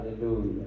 Hallelujah